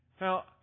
Now